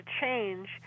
change